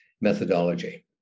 methodology